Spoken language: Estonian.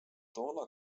toona